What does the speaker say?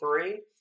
three